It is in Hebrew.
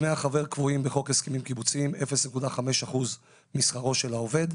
דמי החבר קבועים בחוק הסכמים קיבוציים על 0.5 אחוז משכרו של העובד,